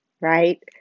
right